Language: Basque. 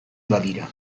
badira